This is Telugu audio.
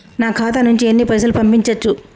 నా ఖాతా నుంచి ఎన్ని పైసలు పంపించచ్చు?